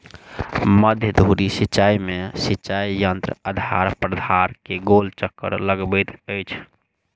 मध्य धुरी सिचाई में सिचाई यंत्र आधार प्राधार के गोल चक्कर लगबैत अछि